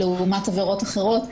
לעומת עבירות אחרות,